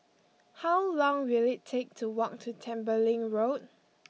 how long will it take to walk to Tembeling Road